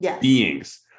beings